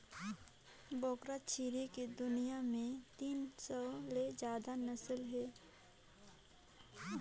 बोकरा छेरी के दुनियां में तीन सौ ले जादा नसल हे